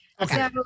Okay